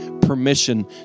permission